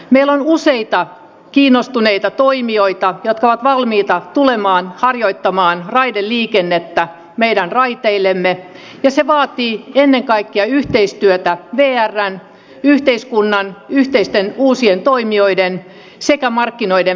meillä on useita kiinnostuneita toimijoita jotka ovat valmiita tulemaan harjoittamaan raideliikennettä meidän raiteillemme ja se vaatii ennen kaikkea yhteistyötä vrn yhteiskunnan yhteisten uusien toimijoiden sekä markkinoiden välille